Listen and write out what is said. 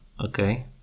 okay